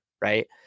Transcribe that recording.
right